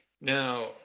Now